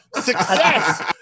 Success